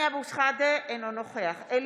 (קוראת בשמות חברי הכנסת) סמי אבו שחאדה,